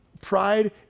pride